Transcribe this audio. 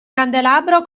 candelabro